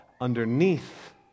Underneath